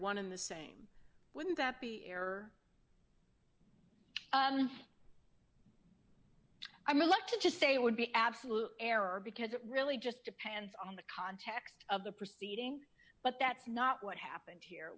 one in the same wouldn't that be a error i'm reluctant to say would be absolute error because it really just depends on the context of the proceeding but that's not what happened here